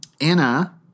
Anna